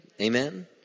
Amen